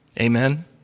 Amen